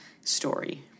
story